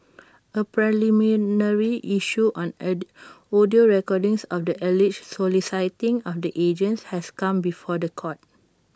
A preliminary issue on audio recordings of the alleged soliciting of the agents has come before The Court